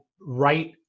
right